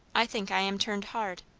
i think i am turned hard.